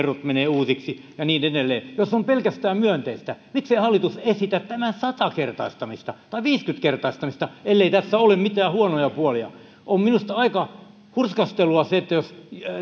menevät uusiksi ja niin edelleen eli jos se on pelkästään myönteistä miksei hallitus esitä tämän sata kertaistamista tai viisikymmentä kertaistamista miksei esitä ellei tässä ole mitään huonoja puolia on minusta aika hurskastelua se jos